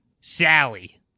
Sally